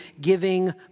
giving